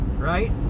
Right